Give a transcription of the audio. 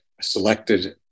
selected